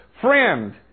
friend